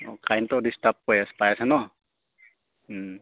অঁ কাৰেণ্টৰ ডিষ্টাৰ্ব হৈ আছে পাই আছে ন